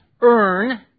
earn